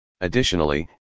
Additionally